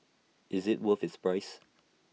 is IT worth its price